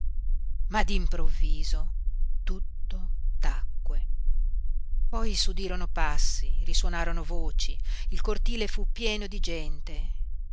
ma d'improvviso tutto tacque poi s'udirono passi risuonarono voci il cortile fu pieno di gente